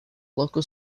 local